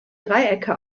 dreiecke